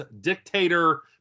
dictator